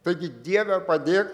taigi dieve padėk